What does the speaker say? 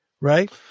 right